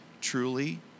truly